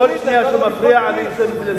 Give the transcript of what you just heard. כל שנייה שהוא מפריע זה הזמן שלי.